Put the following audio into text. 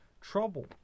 trouble